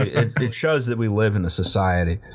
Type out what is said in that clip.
it shows that we live in a society.